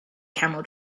camel